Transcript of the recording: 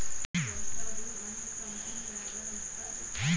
ಸೆಣಬಿಗ ವರ್ಷದಾಗ್ ಒಂದನೂರಾ ಅರವತ್ತರಿಂದ್ ಎರಡ್ನೂರ್ ಸಿ.ಎಮ್ ಮಳಿ ಬಿತ್ತನೆ ಟೈಮ್ದಾಗ್ ಬೇಕಾತ್ತದ